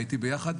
איתי ביחד,